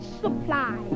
supply